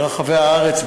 ברחבי הארץ,